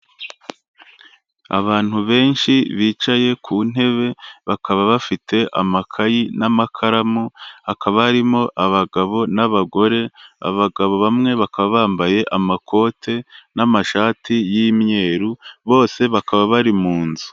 Abantu benshi bicaye ku ntebe, bakaba bafite amakayi n'amakaramu, hakaba harimo abagabo n'abagore, abagabo bamwe bakaba bambaye amakoti n'amashati y'imyeru, bose bakaba bari mu nzu.